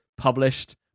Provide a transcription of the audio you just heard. Published